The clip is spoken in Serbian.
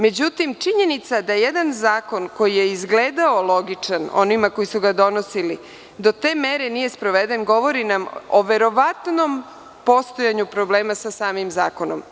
Međutim, činjenica da jedan zakon koji je izgledao logičan onima koji su ga donosili do te mere nije sproveden, govori nam o verovatnom postojanju problema sa samim zakonom.